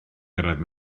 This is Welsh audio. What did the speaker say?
gyrraedd